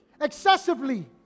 excessively